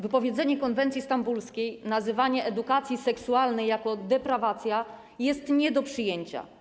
Wypowiedzenie konwencji stambulskiej i nazywanie edukacji seksualnej deprawacją jest nie do przyjęcia.